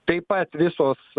taip pat visos